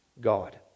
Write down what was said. God